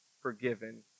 forgiven